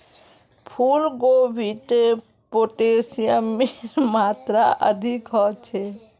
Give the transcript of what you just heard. फूल गोभीत पोटेशियमेर मात्रा अधिक ह छे